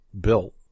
built